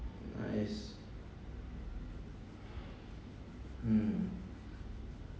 uh yes mm